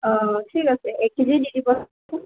অ' ঠিক আছে এক কে জি দিবচোন